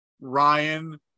ryan